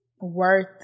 worth